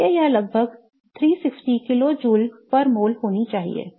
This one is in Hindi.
इसलिए यह लगभग 360 किलो जूल प्रति मोल होना चाहिए